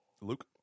Luke